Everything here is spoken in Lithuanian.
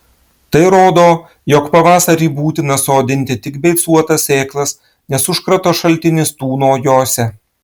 tai rodo jog pavasarį būtina sodinti tik beicuotas sėklas nes užkrato šaltinis tūno jose